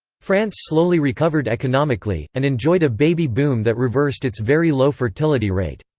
france slowly recovered economically, and enjoyed a baby boom that reversed its very low fertility rate.